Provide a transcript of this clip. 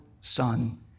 Son